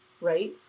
right